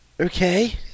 Okay